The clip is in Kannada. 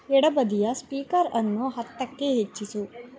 ಎಡ ಬದಿಯ ಸ್ಪೀಕರನ್ನು ಹತ್ತಕ್ಕೆ ಹೆಚ್ಚಿಸು